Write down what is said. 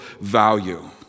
value